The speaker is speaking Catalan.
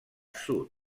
sud